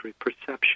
perception